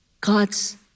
God's